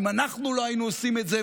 אם אנחנו לא היינו עושים את זה,